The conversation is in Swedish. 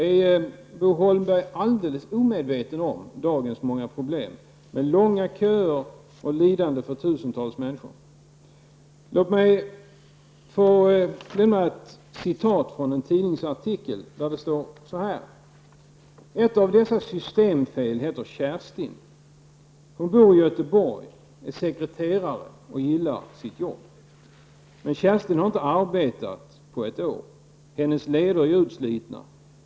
Är Bo Holmberg alldeles omedveten om dagens många problem, med långa köer och lidanden för tusentals människor? Låt mig få citera från en tidningsartikel där det står så här: ''Ett av dessa 'systemfel' heter Kerstin. Hon bor i Göteborg, är sekreterare och gillar sitt jobb. Men Kerstin har inte arbetat på ett år. Hennes leder är utslitna.